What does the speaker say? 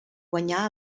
guanyar